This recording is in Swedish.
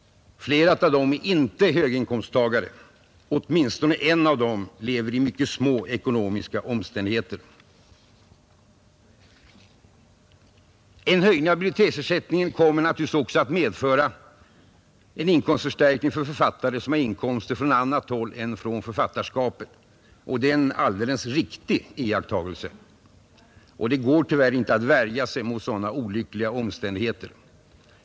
Flera av dem är inte höginkomstagare, och åtminstone en av dem lever i mycket små omständigheter. En höjning av biblioteksersättningen kommer naturligtvis också att medföra en inkomsförstärkning för författare med inkomster från annat håll än från författarskapet. Det är en alldeles riktig iakttagelse. Det går tyvärr inte att värja sig för sådana olyckliga omständigheter.